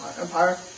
Empire